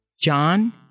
John